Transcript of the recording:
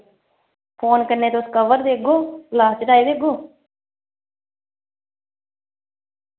phone कन्नै तुस cover देगो ग्लास चढ़ाई देगो